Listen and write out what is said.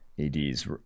ADs